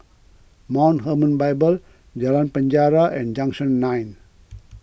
Mount Hermon Bible Jalan Penjara and Junction nine